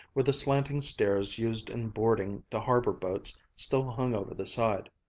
where the slanting stairs used in boarding the harbor-boats still hung over the side.